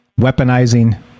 weaponizing